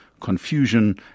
confusion